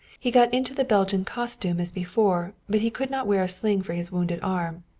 he got into the belgian costume as before, but he could not wear a sling for his wounded arm.